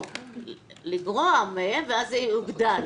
לגרוע מהם, ואז זה יוגדל.